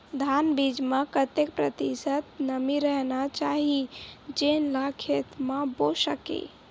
धान बीज म कतेक प्रतिशत नमी रहना चाही जेन ला खेत म बो सके?